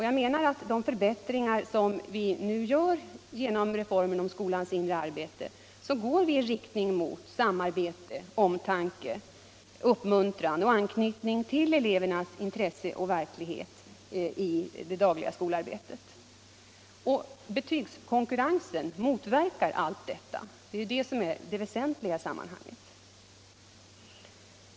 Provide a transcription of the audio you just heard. Jag menar att de förbättringar som vi nu gör genom reformen av skolans inre arbete går i riktning mot samarbete, omtanke, uppmuntran och anpassning till elevernas intresse och verklighet i det dagliga skolarbetet. Betygskonkurrensen motverkar allt detta. Det är det väsentliga i sammanhanget.